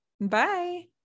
Bye